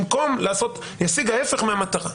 אני אשיג ההפך מהמטרה.